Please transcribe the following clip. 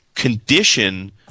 Condition